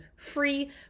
free